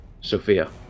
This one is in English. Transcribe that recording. sophia